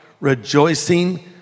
rejoicing